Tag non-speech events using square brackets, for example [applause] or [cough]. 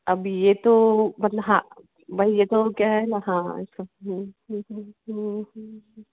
अब यह तो मतलब हाँ भाई यह तो हम क्या है ना हाँ इसका हूँ हूँ [unintelligible]